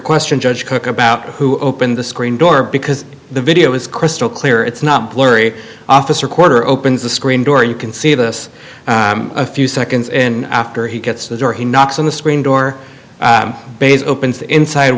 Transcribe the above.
question judge cooke about who opened the screen door because the video is crystal clear it's not blurry officer quarter opens the screen door you can see this a few seconds in after he gets to the door he knocks on the screen door opens the inside